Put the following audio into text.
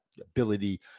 ability